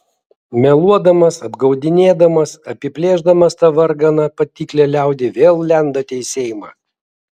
meluodamas apgaudinėdamas apiplėšdamas tą varganą patiklią liaudį vėl lendate į seimą